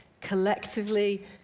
collectively